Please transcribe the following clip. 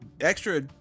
extra